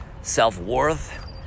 self-worth